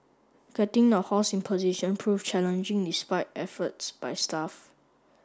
getting the horse in position proved challenging despite efforts by staff